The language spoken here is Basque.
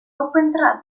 opentrad